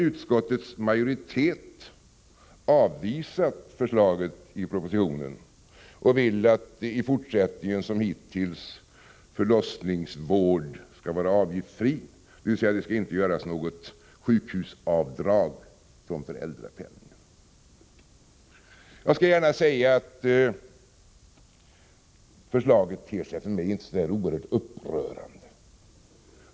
Utskottets majoritet har avvisat förslaget i propositionen och vill att förlossningsvård i fortsättningen, liksom hittills, skall vara avgiftsfri, dvs. att det inte skall göras något avdrag för sjukhusvård från föräldrapenningen. Jag skall gärna säga att förslaget för mig inte ter sig så oerhört upprörande.